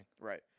right